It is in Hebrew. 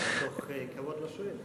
מתוך כבוד לשואל.